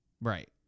Right